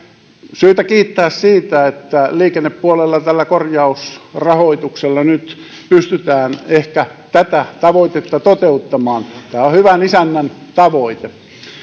syytä kiittää siitä että liikennepuolella korjausrahoituksella nyt pystytään ehkä tätä tavoitetta toteuttamaan tämä on hyvän isännän tavoite